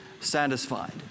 satisfied